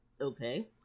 Okay